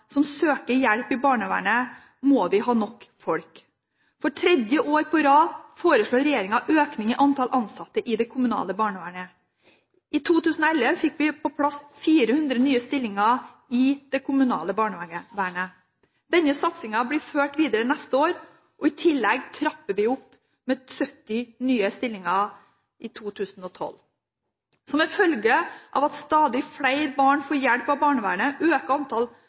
som søker hjelp i barnevernet, må vi ha nok folk. For tredje år på rad foreslår regjeringen økning i antall ansatte i det kommunale barnevernet. I 2011 fikk vi på plass 400 nye stillinger i det kommunale barnevernet. Denne satsingen blir ført videre neste år, og i tillegg trapper vi opp med 70 nye stillinger i 2012. Som en følge av at stadig flere barn får hjelp av barnevernet, øker antall